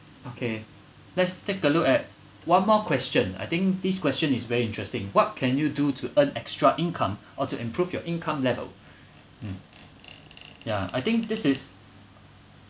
okay let's take a look at one more question I think this question is very interesting what can you do to earn extra income or to improve your income level hmm ya I think this is